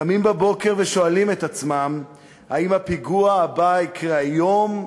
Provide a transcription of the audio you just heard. קמים בבוקר ושואלים את עצמם האם הפיגוע הבא יקרה היום,